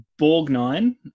Borgnine